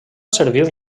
servir